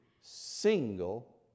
single